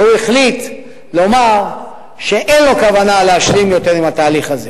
והוא החליט לומר שאין לו כוונה להשלים יותר עם התהליך הזה.